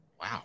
Wow